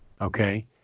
okay